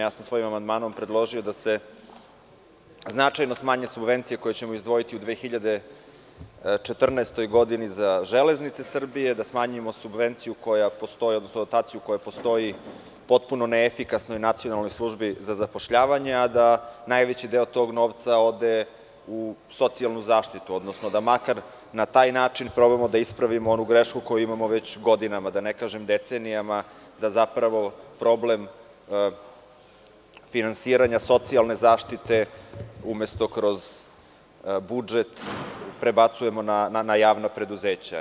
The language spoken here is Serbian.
Svojim amandmanom sam predložio da se značajno smanje subvencije koje ćemo izdvojiti u 2014. godini za „Železnice Srbije“, da smanjimo subvenciju koja postoji, odnosno dotaciju koja postoji potpuno neefikasnoj i Nacionalnoj službi za zapošljavanje, a da najveći deo tog novca ode u socijalnu zaštitu, odnosno da makar na taj način probamo da ispravimo onu grešku koju imamo već godinama, da ne kažem decenijama, da zapravo problem finansiranja socijalne zaštite umesto kroz budžet prebacujemo na javna preduzeća.